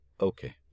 Okay